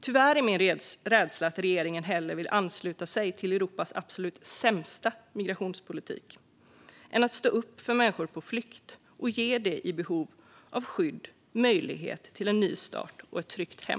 Tyvärr är min rädsla att regeringen hellre vill ansluta sig till Europas absolut sämsta migrationspolitik än att stå upp för människor på flykt och ge människor i behov av skydd möjlighet till en nystart och ett tryggt hem.